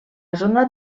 zona